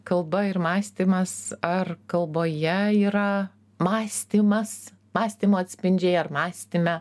kalba ir mąstymas ar kalboje yra mąstymas mąstymo atspindžiai ar mąstyme